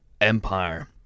Empire